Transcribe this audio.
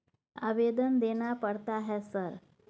आवेदन देना पड़ता है सर?